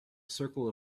circle